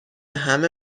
همه